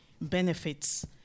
benefits